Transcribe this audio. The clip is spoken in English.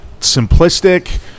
simplistic